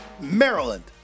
Maryland